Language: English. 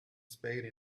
spade